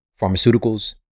Pharmaceuticals